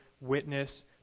witness